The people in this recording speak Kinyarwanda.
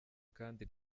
kandi